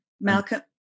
Malcolm